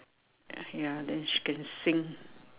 ya then she can sing